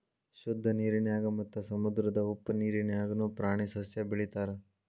ಶುದ್ದ ನೇರಿನ್ಯಾಗ ಮತ್ತ ಸಮುದ್ರದ ಉಪ್ಪ ನೇರಿನ್ಯಾಗುನು ಪ್ರಾಣಿ ಸಸ್ಯಾ ಬೆಳಿತಾರ